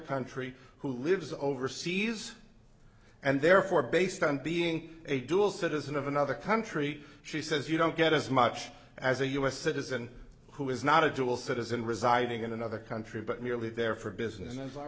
country who lives overseas and therefore based on being a dual citizen of another country she says you don't get as much as a u s citizen who is not a dual citizen residing in another country but merely there for business